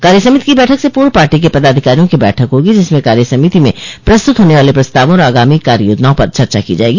कार्यसमिति की बैठक से पूव पार्टी के पदाधिकारियों की बैठक होगी जिसमें कार्य समिति में प्रस्तुत होने वाले प्रस्तावों और आगामी कार्य योजनाओं पर चर्चा की जायेगी